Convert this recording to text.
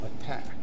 attack